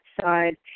side